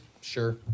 sure